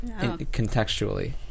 contextually